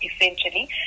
essentially